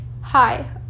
Hi